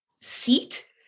seat